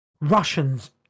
Russians